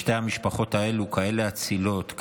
שתי המשפחות האלה כאלה אצילות,